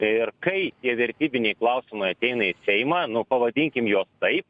ir kai tie vertybiniai klausimai ateina į seimą nu pavadinkim juos taip